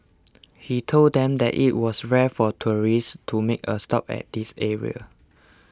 he told them that it was rare for tourists to make a stop at this area